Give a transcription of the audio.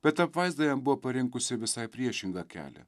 bet apvaizda jam buvo parinkusi visai priešingą kelią